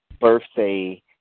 birthday